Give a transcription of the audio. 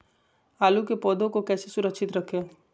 आलू के पौधा को कैसे सुरक्षित रखें?